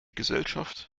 gesellschaft